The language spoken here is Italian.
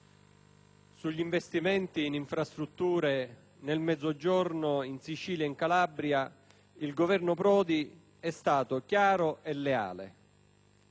sugli investimenti infrastrutturali nel Mezzogiorno, in Sicilia e in Calabria, il Governo Prodi è stato chiaro e leale.